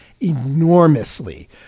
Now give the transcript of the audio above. enormously